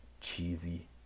cheesy